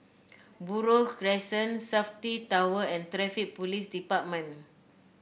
Buroh Crescent Safti Tower and Traffic Police Department